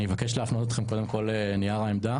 אני אבקש להפנות אתכם קודם כל לנייר העמדה